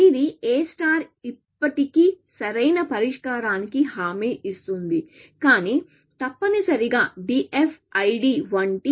ఇది A ఇప్పటికీ సరైన పరిష్కారానికి హామీ ఇస్తుంది కానీ తప్పనిసరిగా DFID వంటి ఇంటరాక్టివ్ డేటింగ్